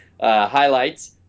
highlights